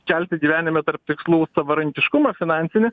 kelti gyvenime tarp tikslų savarankiškumą finansinį